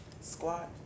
Squat